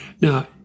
Now